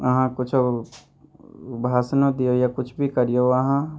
अहाँ किछु भाषणो दिऔ या किछु भी करिऔ अहाँ